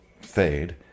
fade